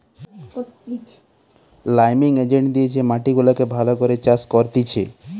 liming agent দিয়ে যে মাটি গুলাকে ভালো করে চাষ করতিছে